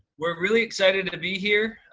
we're really excited to be here.